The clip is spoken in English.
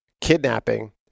kidnapping